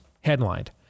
headlined